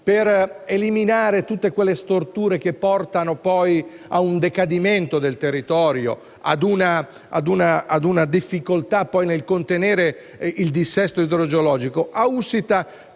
per eliminare tutte le storture che portano ad un decadimento del territorio e alla difficoltà nel contenere il dissesto idrogeologico.